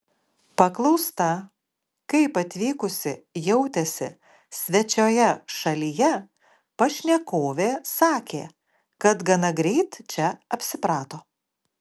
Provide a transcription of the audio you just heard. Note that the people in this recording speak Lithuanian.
paklausta kaip atvykusi jautėsi svečioje šalyje pašnekovė sakė kad gana greit čia apsiprato